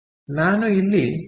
ಆದ್ದರಿಂದ ನಾನು ಇಲ್ಲಿ 0